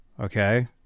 okay